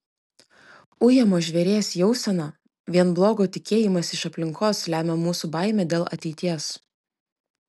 ujamo žvėries jauseną vien blogo tikėjimąsi iš aplinkos lemia mūsų baimė dėl ateities